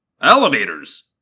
Elevators